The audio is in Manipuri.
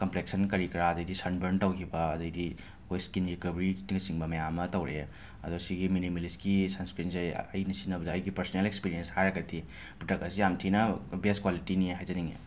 ꯀꯝꯄ꯭ꯂꯦꯛꯁꯟ ꯀꯔꯤ ꯀꯔꯥ ꯑꯗꯩꯗꯤ ꯁꯟꯕꯔꯟ ꯇꯧꯈꯤꯕ ꯑꯗꯩꯗꯤ ꯑꯩꯈꯣꯏ ꯁ꯭ꯀꯤꯟ ꯔꯤꯀꯕꯔꯤꯅꯆꯤꯡꯕ ꯃꯌꯥꯝ ꯑꯃ ꯇꯧꯔꯛꯑꯦ ꯑꯗꯣ ꯑꯁꯤꯒꯤ ꯃꯤꯅꯤꯃꯦꯂꯤꯁꯀꯤ ꯁꯟꯁ꯭ꯀ꯭ꯔꯤꯟꯖꯦ ꯑꯩꯅ ꯁꯤꯖꯤꯟꯅꯕꯗ ꯑꯩꯒꯤ ꯄꯔꯁꯅꯦꯜ ꯑꯦꯛꯁꯄꯔꯤꯑꯦꯟꯁ ꯍꯥꯏꯔꯒꯗꯤ ꯄ꯭ꯔꯗꯛ ꯑꯁꯤ ꯌꯥꯝ ꯊꯤꯅ ꯕꯦꯁ ꯀ꯭ꯋꯥꯂꯤꯇꯤꯅꯤ ꯍꯥꯏꯖꯅꯤꯡꯉꯦ